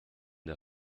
der